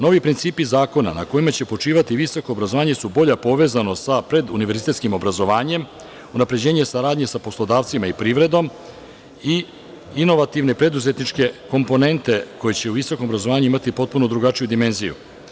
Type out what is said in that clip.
Novi principi zakona na kojima će počivati visoko obrazovanje su bolja povezanost sa pred univerzitetskim obrazovanjem, unapređenje saradnje sa poslodavcima i privredom, i inovativne preduzetničke komponente koje će u visokom obrazovanju imati potpuno drugačiju dimenziju.